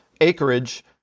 acreage